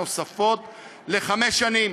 לחמש שנים,